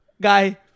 guy